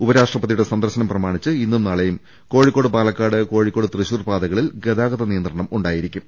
ഉപരാഷ്ട്രപതിയുടെ സന്ദർശനം പ്രമാണിച്ച് ഇന്നും നാളെയും കോഴിക്കോട് പാലക്കാട് കോഴിക്കോട്ട് തൃശൂർ പാതകളിൽ ഗതാഗത നിയന്ത്രണം ഉണ്ടായിരിക്കും